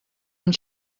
amb